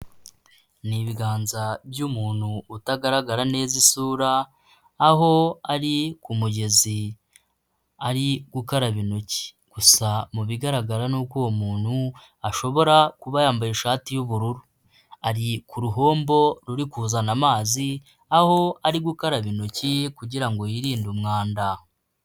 Nii ibiganza by'umuntu utagaragara neza isura, aho ari ku mugezi, ari gukaraba intoki gusa mu bigaragara ni uwo muntu ashobora kuba yambaye ishati y'ubururu, ari ku ruhombo ruri kuzana amazi, aho ari gukaraba intoki kugirango yirinde umwanda.